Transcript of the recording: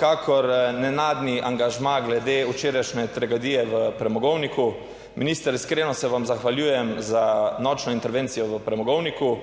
kakor nenadni angažma glede včerajšnje tragedije v premogovniku. Minister, iskreno se vam zahvaljujem za nočno intervencijo v Premogovniku